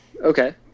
okay